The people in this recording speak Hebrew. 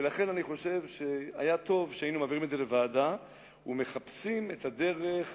ולכן אני חושב שהיה טוב אם היינו מעבירים את זה לוועדה ומחפשים את הדרך